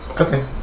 Okay